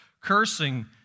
cursing